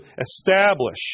establish